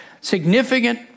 significant